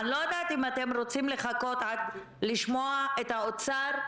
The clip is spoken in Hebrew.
אני לא יודעת אם אתם רוצים לחכות לשמוע את האוצר.